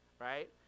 right